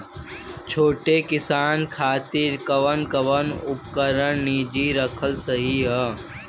छोट किसानन खातिन कवन कवन उपकरण निजी रखल सही ह?